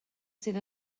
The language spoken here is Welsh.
sydd